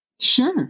Sure